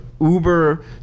uber